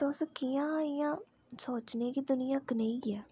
तुस कियां इयां सोचनी के दुनिया कनेही ऐ